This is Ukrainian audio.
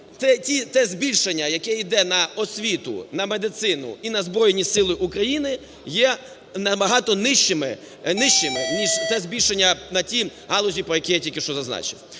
те збільшення, яке йде на освіту, на медицину і на Збройні Сили України, є набагато нижчими, ніж те збільшення на ті галузі, про які я тільки що зазначив.